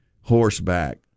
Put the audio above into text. horseback